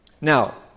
Now